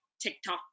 TikTok